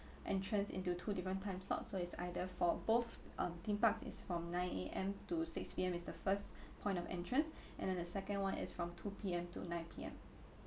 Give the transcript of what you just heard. entrance into two different time slots so it's either for both um theme park is from nine A_M to six P_M is the first point of entrance and then the second one is from two P_M to nine P_M